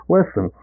Listen